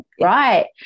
right